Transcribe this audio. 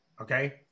Okay